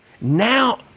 Now